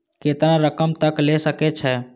केतना रकम तक ले सके छै?